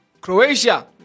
croatia